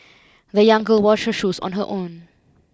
the young girl washed her shoes on her own